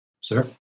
Sir